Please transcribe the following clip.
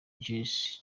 joseph